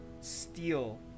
steal